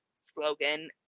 slogan